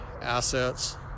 assets